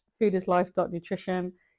foodislife.nutrition